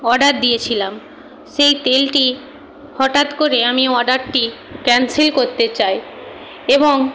order দিয়েছিলাম সেই তেলটি হঠাৎ করে আমি অডারটি ক্যানসেল করতে চাই এবং